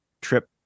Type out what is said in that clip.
trip